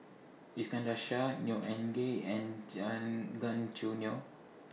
Iskandar Shah Neo Anngee and and Gan Choo Neo